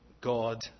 God